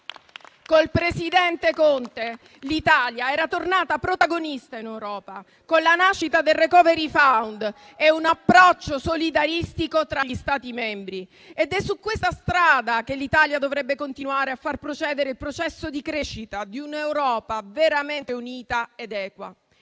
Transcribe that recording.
il presidente Conte l'Italia era tornata protagonista in Europa con la nascita del *recovery fund* e un approccio solidaristico tra gli Stati membri. È su questa strada che l'Italia dovrebbe continuare a far procedere il processo di crescita di un'Europa veramente unita ed equa.